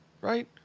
right